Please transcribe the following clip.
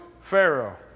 Pharaoh